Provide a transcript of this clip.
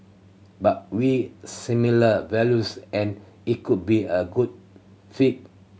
but we similar values and it could be a good fit